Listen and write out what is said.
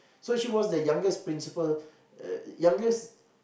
so she was the youngest principal uh youngest